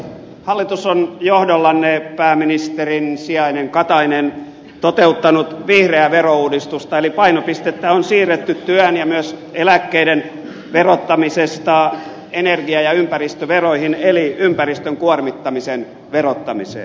hallitus on johdollanne pääministerin sijainen katainen toteuttanut vihreää verouudistusta eli painopistettä on siirretty työn ja myös eläkkeiden verottamisesta energia ja ympäristöveroihin eli ympäristön kuormittamisen verottamiseen